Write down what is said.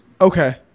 okay